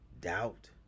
doubt